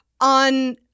On